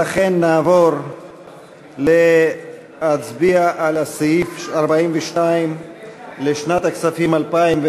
לכן נעבור להצביע על סעיף 42 לשנת הכספים 2015,